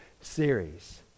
series